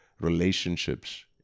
relationships